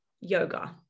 yoga